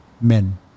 men